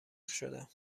شدم